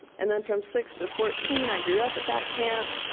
and then from six to fourteen, i grew up at that camp,